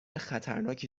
خطرناکی